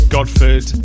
Godford